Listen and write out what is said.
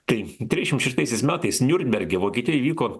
tai trisdešimt šeštaisiais metais niurnberge vokietijoje įvyko